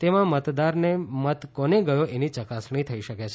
તેમાં મતદારને મત કોને ગયો એની ચકાસણી થઈ શકે છે